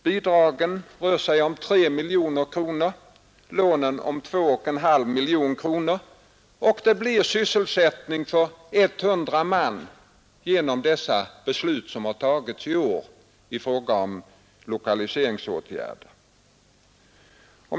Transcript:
Bidragen rör sig om 3 miljoner kronor, länen om 2.5 miljoner kronor. och det blir sysselsättning för 100 man genom de beslut som fattats i ar i fraga om lokaliseringsåtgärder.